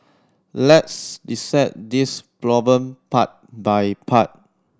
let's dissect this problem part by part